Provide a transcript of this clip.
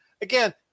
Again